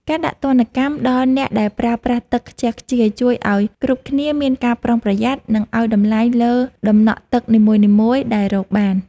ការដាក់ទណ្ឌកម្មដល់អ្នកដែលប្រើប្រាស់ទឹកខ្ជះខ្ជាយជួយឱ្យគ្រប់គ្នាមានការប្រុងប្រយ័ត្ន និងឱ្យតម្លៃលើដំណក់ទឹកនីមួយៗដែលរកបាន។